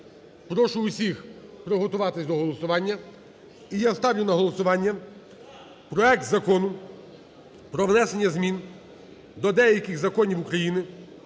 Прошу усіх приготуватись до голосування. І я ставлю на голосування проект Закону "Про внесення змін до деяких законів України